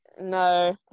no